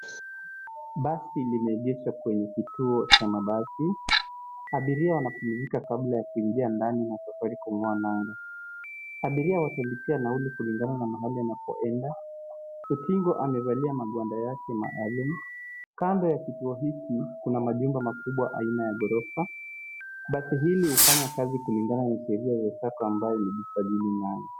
Basi limeegeshwa kwenye kituo cha mabasi. Abiria wanapumzika kabla ya kuingia ndani na safari kung'oa nanga. Abiria wakilipia nauli kulingana na mahali anapoenda. Utingo amevalia magwanda yake maalum. Kando ya kituo hiki, kuna majumba makubwa aina ya ghorofa. Basi hili hufanya kazi kulingana na sheria ya sacco imejisajili nayo.